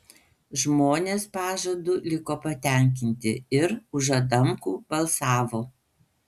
žmonės pažadu liko patenkinti ir už adamkų balsavo